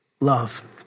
Love